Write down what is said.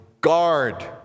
guard